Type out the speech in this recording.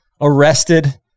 arrested